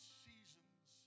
seasons